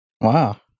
Wow